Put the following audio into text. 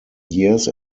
years